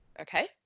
okay